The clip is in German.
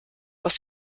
was